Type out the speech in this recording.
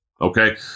Okay